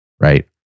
right